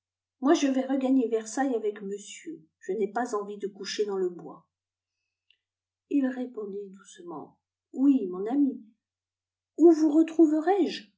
moi je vais regagner versailles avec monsieur je n'ai pas envie de coucher dans le bois il répondit doucement oui mon amie où vous